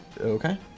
Okay